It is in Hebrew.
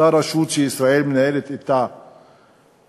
אותה רשות שישראל מנהלת אתה משא-ומתן,